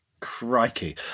Crikey